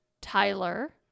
Tyler